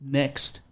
next